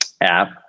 app